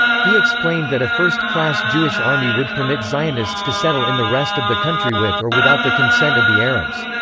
he explained that a first-class jewish army would permit zionists to settle in the rest of the country with or without the consent of the arabs.